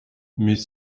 mais